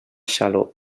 xaló